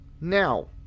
Now